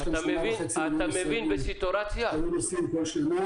יש לנו 8.5 ישראלים שהיו נוסעים כל שנה.